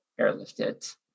airlifted